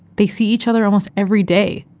they see each other almost every day,